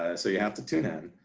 ah so you have to tune in,